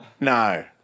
No